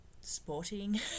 sporting